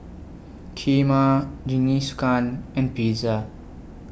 Kheema Jingisukan and Pizza